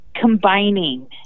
combining